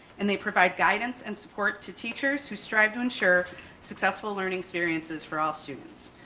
and they provide guidance and support to teachers who strive to ensure successful learning experiences for all students,